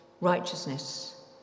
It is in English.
righteousness